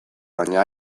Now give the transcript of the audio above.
baina